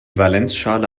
valenzschale